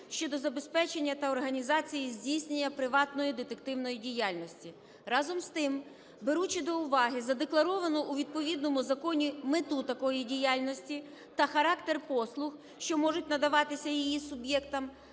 щодо забезпечення та організації здійснення приватної детективної діяльності. Разом з тим, беручи до уваги задекларовану у відповідному законі мету такої діяльності та характер послуг, що можуть надаватися її суб'єктам,